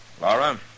Laura